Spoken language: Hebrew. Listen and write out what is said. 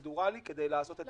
פרוצדורלי כדי לעשות את ההכרעה.